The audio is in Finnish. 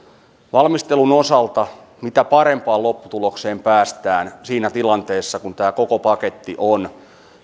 valmistelun osalta mitä parempaan lopputulokseen ja kokonaisuuteen päästään siinä tilanteessa kun tämä koko paketti on